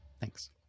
Thanks